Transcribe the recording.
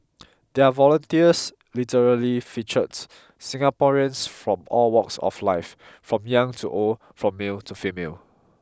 their volunteers literally featured Singaporeans from all walks of life from young to old from male to female